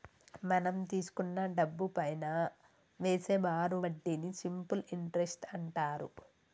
మనం తీసుకున్న డబ్బుపైనా వేసే బారు వడ్డీని సింపుల్ ఇంటరెస్ట్ అంటారు